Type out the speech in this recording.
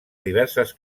diverses